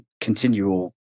continual